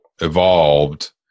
evolved